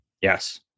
Yes